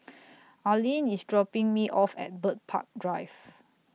Arline IS dropping Me off At Bird Park Drive